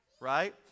right